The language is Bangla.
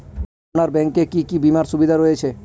আপনার ব্যাংকে কি কি বিমার সুবিধা রয়েছে?